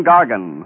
Gargan